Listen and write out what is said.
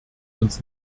uns